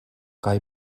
kaj